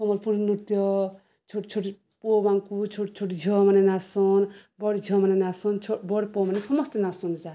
ସମ୍ୱଲପୁରୀ ନୃତ୍ୟ ଛୋଟ ଛୋଟ ପୁଅ ମାଙ୍କୁ ଛୋଟ ଛୋଟ ଝିଅମାନେ ନାଚସନ୍ ବଡ଼ ଝିଅମାନେ ନାଚସନ୍ ଛ ବଡ଼ ପୁଅ ମାନେ ସମସ୍ତେ ନାଚସନ୍ ଯା